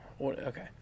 Okay